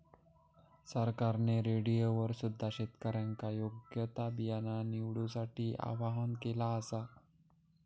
सरकारने रेडिओवर सुद्धा शेतकऱ्यांका योग्य ता बियाणा निवडूसाठी आव्हाहन केला आसा